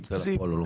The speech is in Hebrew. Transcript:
יצא לפועל או לא.